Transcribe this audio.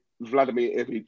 Vladimir